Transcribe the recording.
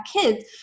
kids